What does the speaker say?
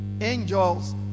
Angels